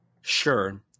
Sure